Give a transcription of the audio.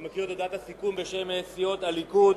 אני מקריא את הודעת הסיכום בשם סיעות הליכוד,